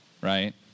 right